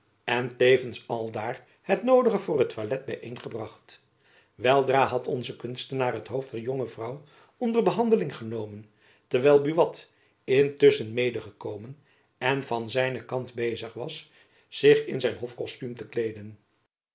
en tevens aldaar al het noodige voor het toilet byeen gebracht weldra had onze kunstenaar het hoofd der jonge vrouw onder behandeling genomen terwijl buat intusschen mede teruggekomen en van zijnen kant bezig was zich in zijn hofkostuum te kleeden